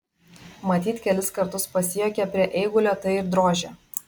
matyt kelis kartus pasijuokė prie eigulio tai ir drožė